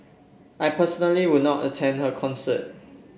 I personally would not attend her concert